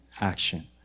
action